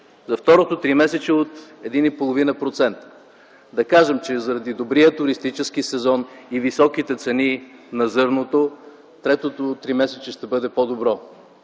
за второто тримесечие от 1,5%. Да кажем, че заради добрия туристически сезон и високите цени на зърното третото тримесечие ще бъде по-добро,